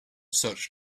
such